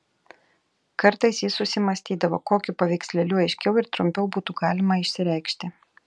kartais jis susimąstydavo kokiu paveikslėliu aiškiau ir trumpiau būtų galima išsireikšti